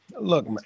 Look